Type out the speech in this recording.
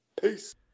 Peace